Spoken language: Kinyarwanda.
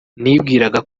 nibwiraga